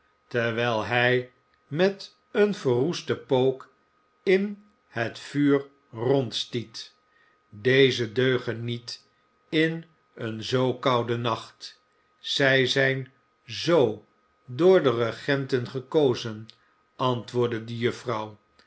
terwijl hij met een verroesten pook ia het vuur rondstiet deze deugen niet in een zoo kouden nacht zij zijn zoo door de regenten gekozen antwoordde de